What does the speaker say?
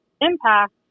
impact